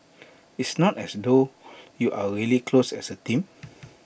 it's not as though you're really close as A team